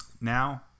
Now